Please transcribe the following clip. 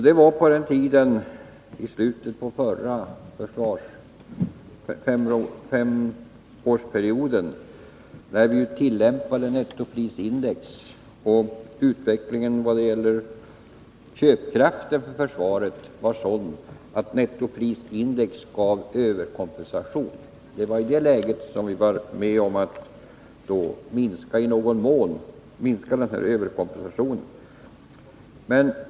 Det var i slutet av den förra femårsperioden, när vi tillämpade nettoprisindex och utvecklingen vad gäller köpkraft för försvaret var sådan att nettoprisindex gav överkompensation. Det var i det läget som vi var med om att i någon mån minska den överkompensationen.